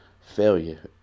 failure